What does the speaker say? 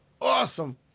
awesome